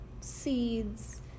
seeds